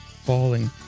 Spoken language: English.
falling